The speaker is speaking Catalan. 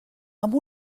amb